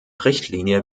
richtlinie